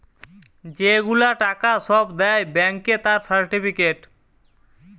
যে গুলা টাকা সব দেয় ব্যাংকে তার সার্টিফিকেট